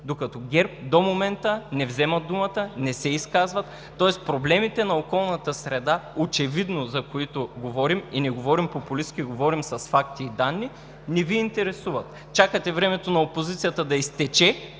докато ГЕРБ до момента не вземат думата, не се изказват, тоест проблемите на околната среда, за които очевидно говорим и не говорим популистки, говорим с факти и данни, не Ви интересуват! Чакате времето на опозицията да изтече,